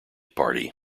party